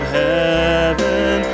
heaven